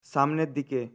সামনের দিকে